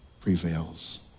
prevails